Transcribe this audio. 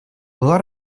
была